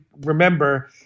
remember